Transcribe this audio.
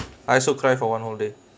I also cry for one whole day